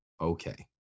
okay